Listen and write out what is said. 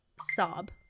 sob